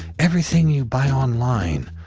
everything you buy online,